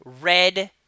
red